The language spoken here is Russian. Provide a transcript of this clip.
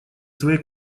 своей